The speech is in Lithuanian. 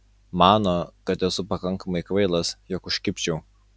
mano kad esu pakankamai kvailas jog užkibčiau